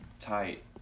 tight